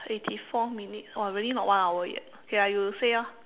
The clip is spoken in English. eighty four minutes !wah! really not one hour yet okay ah you say ah